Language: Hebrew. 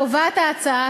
קובעת ההצעה,